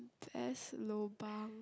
best lobang